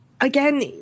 Again